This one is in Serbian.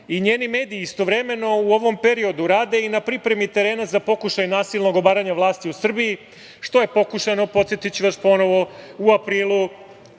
i njeni mediji istovremeno u ovom periodu rade i na pripremi terena za pokušaj nasilnog obaranja vlasti u Srbiji, što je pokušano, podsetiću vas ponovo, u aprilu